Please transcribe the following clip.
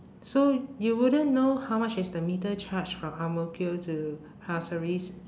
so you wouldn't know how much is the meter charge from ang mo kio to pasir ris